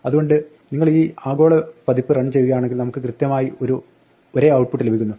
അതുകൊണ്ട് നിങ്ങൾ ഈ ആഗോള പതിപ്പ് റൺ ചെയ്യുകയാണെങ്കിൽ നമുക്ക് കൃത്യമായി ഒരേ ഔട്ട്പുട്ട് ലഭിക്കുന്നു